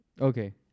okay